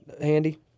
handy